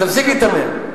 תפסיק להיתמם.